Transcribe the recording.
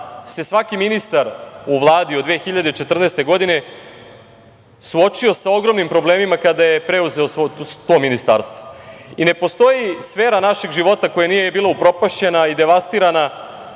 se svaki ministar u Vladi od 2014. godine suočio sa ogromnim problemima kada je preuzeo to ministarstvo. Ne postoji sfera našeg života koja nije bila upropašćena i devastirana